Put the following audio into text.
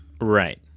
Right